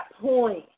point